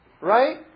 right